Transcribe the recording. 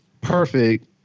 perfect